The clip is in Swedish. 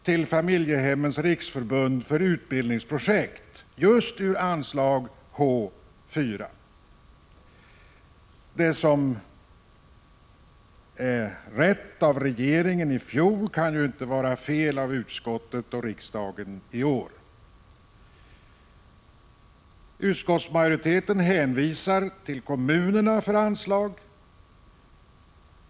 till Familjehemmens riksförbund för utbildningsprojekt just ur anslaget H 4. Det som var rätt av regeringen i fjol kan ju inte vara fel av utskottet och riksdagen i år. Utskottsmajoriteten hänvisar till kommunerna för anslag.